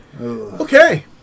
Okay